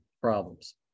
problems